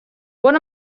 what